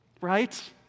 right